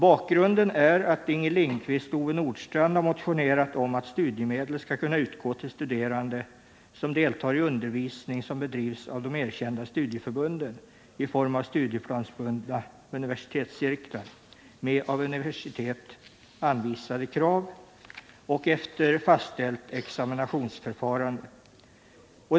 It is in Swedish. Bakgrunden är att Inger Lindquist och Ove Nordstrandh har motionerat om att studiemedel skall kunna utgå till studerande som deltar i undervisning som bedrivs av de erkända studieförbunden i form av studieplansbundna universitetscirklar med av universitet anvisade krav och efter fastställt examinationsförfarande.